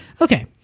Okay